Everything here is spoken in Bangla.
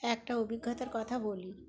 একটা অভিজ্ঞতার কথা বলি